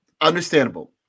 understandable